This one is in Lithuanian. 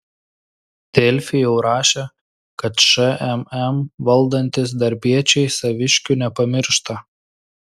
delfi jau rašė kad šmm valdantys darbiečiai saviškių nepamiršta